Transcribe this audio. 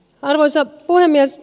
arvoisa puhemies